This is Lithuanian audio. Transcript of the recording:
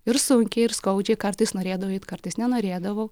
ir sunkiai ir skaudžiai kartais norėdavau eit kartais nenorėdavau